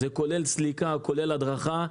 זה כולל סליקה והדרכה.